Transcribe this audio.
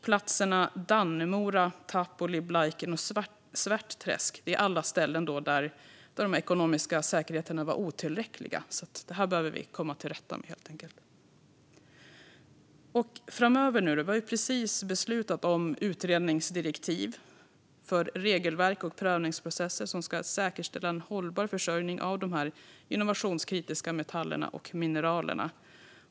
Platserna Dannemora, Tapuli, Blaiken och Svärtträsk är ställen där de ekonomiska säkerheterna var otillräckliga. Det behöver vi komma till rätta med. Vi har precis beslutat om utredningsdirektiv för regelverk och prövningsprocesser som ska säkerställa en hållbar försörjning av dessa innovationskritiska metaller och mineral.